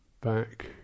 back